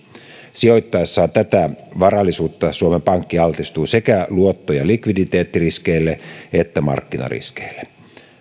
sijoittaessaan tätä varallisuutta suomen pankki altistuu sekä luotto ja likviditeettiriskeille että markkinariskeille